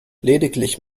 lediglich